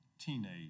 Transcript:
teenage